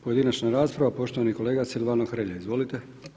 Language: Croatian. Pojedinačna rasprava, poštovani kolega Silvano Hrelja, izvolite.